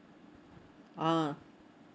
ah